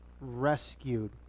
rescued